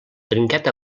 trinquet